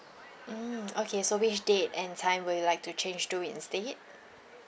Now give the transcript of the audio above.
mm okay so which date and time will you like to change to instead